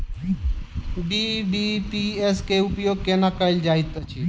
BBPS केँ उपयोग केना कएल जाइत अछि?